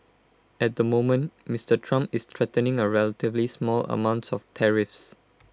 at the moment Mister Trump is threatening A relatively small amounts of tariffs